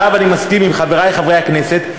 ועליו אני מסכים עם חברי חברי הכנסת,